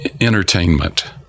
entertainment